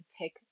pick